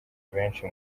benshi